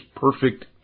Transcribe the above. perfect